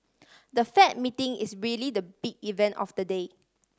the Fed meeting is really the big event of the day